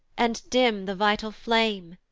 and dim the vital flame,